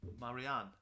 Marianne